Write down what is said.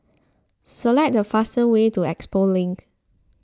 select the fastest way to Expo Link